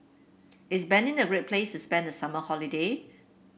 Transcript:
is Benin a great place to spend the summer holiday